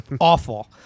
Awful